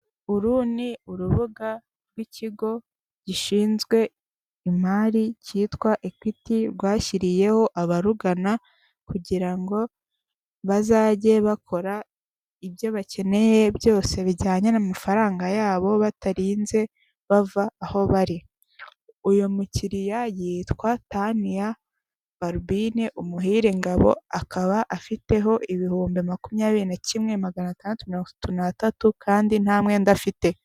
Uru ni urubuga rw'ikigo gishinzwe imari cyitwa Ekwiti rwashyiriyeho abarugana kugira ngo bazajye bakora ibyo bakeneye byose bijyanye n'amafaranga yabo batarinze bava aho bari. Uyu mukiriya yitwa Taniya Barubine Umuhire Ngabo, akaba afiteho ibihumbi makumyabiri na kimwe, magana atandatu mirongo itatu n'atatu kandi nta mwenda afite.